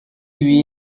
ibi